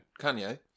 Kanye